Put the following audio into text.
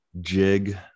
jig